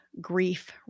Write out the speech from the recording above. grief